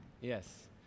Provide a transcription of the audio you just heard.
Yes